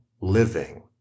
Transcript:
living